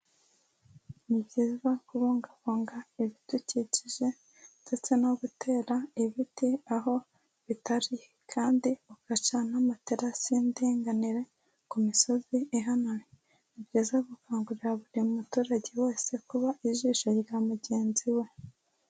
Ni byiza kubungabunga ibidukikije, ndetse no gutera ibiti aho bitari, kandi ugaca n'amaterasi y'indinganire ku misozi ihanamye, ni byiza gukangurira buri muturage wese kuba ijisho rya mugenzi we.